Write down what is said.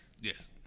Yes